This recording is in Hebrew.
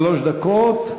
שלוש דקות.